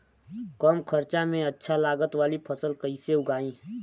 कम खर्चा में अच्छा लागत वाली फसल कैसे उगाई?